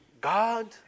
God